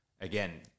Again